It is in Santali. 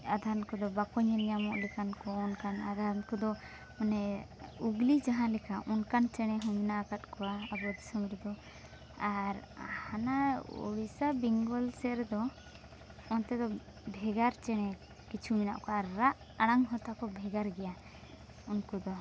ᱟᱫᱷᱟᱱ ᱠᱚᱫᱚ ᱵᱟᱠᱚ ᱧᱮᱞ ᱧᱟᱢᱚᱜ ᱞᱮᱠᱟᱱ ᱠᱚ ᱚᱱᱠᱟᱱ ᱟᱫᱷᱟ ᱠᱚᱫᱚ ᱢᱟᱱᱮ ᱩᱜᱽᱞᱤ ᱡᱟᱦᱟᱸ ᱞᱮᱠᱟ ᱚᱱᱠᱟᱱ ᱪᱮᱬᱮ ᱦᱚᱸ ᱢᱮᱱᱟᱜ ᱠᱟᱫ ᱠᱚᱣᱟ ᱟᱵᱚ ᱫᱤᱥᱚᱢ ᱨᱮᱫᱚ ᱟᱨ ᱦᱟᱱᱟ ᱩᱲᱤᱥᱥᱟ ᱵᱮᱝᱜᱚᱞ ᱥᱮᱫ ᱨᱮᱫᱚ ᱚᱱᱛᱮ ᱫᱚ ᱵᱷᱮᱜᱟᱨ ᱪᱮᱬᱮ ᱠᱤᱪᱷᱩ ᱢᱮᱱᱟᱜ ᱠᱚᱣᱟ ᱟᱨ ᱨᱟᱜ ᱟᱲᱟᱝ ᱦᱚᱸ ᱛᱟᱠᱚ ᱵᱷᱮᱜᱟᱨ ᱜᱮᱭᱟ ᱩᱱᱠᱩ ᱫᱚ